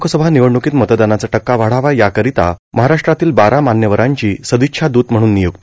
लोकसभा र्मानवडणूकोत मतदानाचा टक्का वाढवा यार्कारता महाराष्ट्रातील बारा मान्यवरांची सादच्छादूत म्हणून नियुक्ती